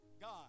God